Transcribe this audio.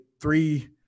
three